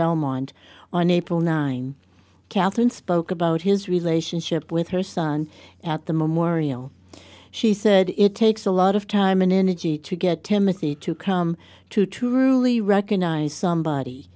belmont on april nine katherine spoke about his relationship with her son at the memorial she said it takes a lot of time and energy to get to misty to come to truly recognize somebody